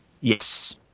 Yes